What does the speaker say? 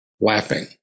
laughing